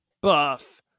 buff